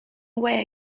away